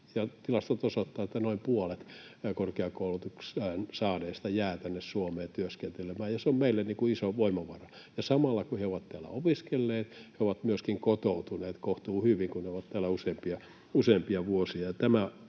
Tilastot osoittavat, että noin puolet korkeakoulutuksen saaneista jää tänne Suomeen työskentelemään, ja se on meille iso voimavara, ja samalla, kun he ovat täällä opiskelleet, he ovat myöskin kotoutuneet kohtuu hyvin, kun he ovat täällä useampia vuosia,